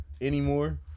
anymore